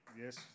Yes